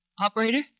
Operator